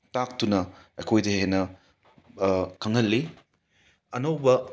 ꯇꯥꯛꯇꯨꯅ ꯑꯩꯈꯣꯏꯗ ꯍꯦꯟꯅ ꯈꯪꯍꯜꯂꯤ ꯑꯅꯧꯕ